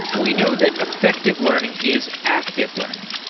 we know that effective learning is active learning.